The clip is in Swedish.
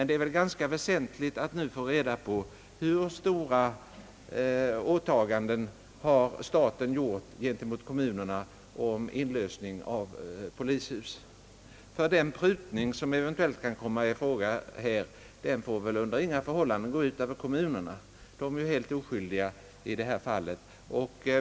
Det är ganska väsentligt att nu få reda på hur stora åtaganden staten har gjort gentemot kommunerna när det gäller inlösen av polishus. Den prutning som eventuellt kan komma i fråga bör under inga förhållanden gå ut över kommunerna; de är helt oskyldiga i detta fall.